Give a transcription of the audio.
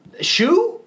Shoe